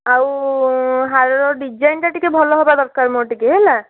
ଆଉ ହାରର ଡିଜାଇନଟା ଟିକେ ଭଲ ହେବା ଦରକାର ମୋର ଟିକେ ହେଲା